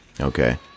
Okay